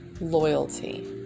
Loyalty